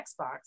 Xbox